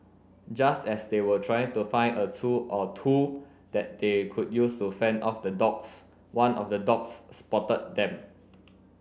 just as they were trying to find a tool or two that they could use to fend off the dogs one of the dogs spotted them